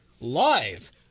live